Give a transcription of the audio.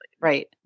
Right